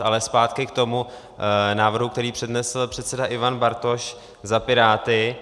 Ale zpátky k tomu návrhu, který přednesl předseda Ivan Bartoš za Piráty.